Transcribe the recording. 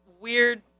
weird